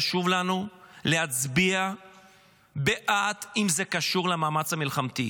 חשוב לנו להצביע בעד אם זה קשור במאמץ המלחמתי.